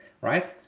Right